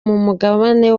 mugabane